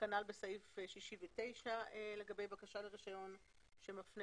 כנ"ל בסעיף 69 לגבי בקשה לרישיון שמפנה